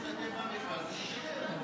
לכן הוא יכול להשתתף במכרז ולשדר,